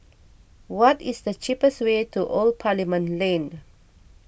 what is the cheapest way to Old Parliament Lane